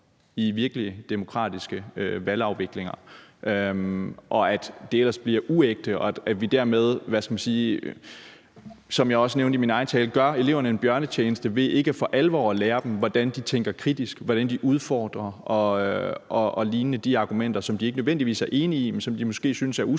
i virkelige demokratiske valgafviklinger. Og at det ellers bliver uægte, så vi dermed, som jeg også nævnte i min egen tale, gør eleverne en bjørnetjeneste ved ikke for alvor at lære dem, hvordan de tænker kritisk, hvordan de udfordrer hinanden i forhold til argumenter, som de ikke nødvendigvis er enige i, men som de måske synes er usympatiske